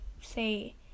say